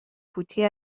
فوتی